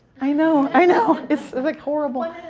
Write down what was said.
i know, i know, it's like horrible